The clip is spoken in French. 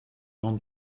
grande